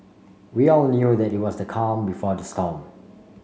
we all knew that it was the calm before the storm